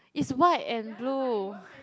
it's white and blue